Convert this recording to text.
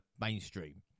mainstream